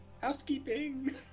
Housekeeping